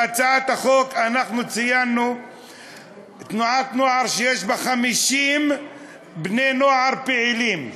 בהצעת החוק אנחנו ציינו תנועת נוער שיש בה 50 בני-נוער פעילים.